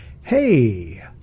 hey